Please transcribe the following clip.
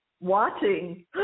watching